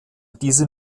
diese